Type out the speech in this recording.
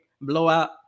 blowout